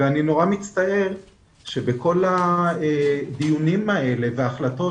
אני נורא מצטער שבכל הדיונים האלה ובהחלטות